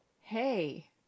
hey